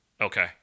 Okay